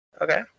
Okay